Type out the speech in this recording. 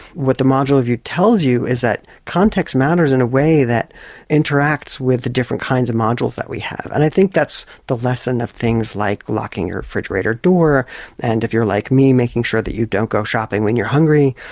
what the modular view tells you is that context matters in a way that interacts with the different kinds of modules that we have, and i think that's the lesson of things like locking your refrigerator door and, if you're like me, making sure you don't go shopping when you're hungry,